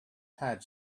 had